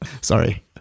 sorry